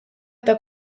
eta